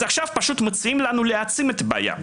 אז עכשיו פשוט מציעים לנו להעצים את הבעיה,